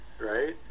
right